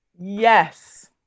Yes